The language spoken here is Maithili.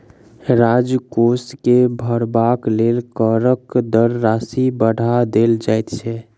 राजकोष के भरबाक लेल करक दर राशि के बढ़ा देल जाइत छै